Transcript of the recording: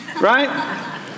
right